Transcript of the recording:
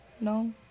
No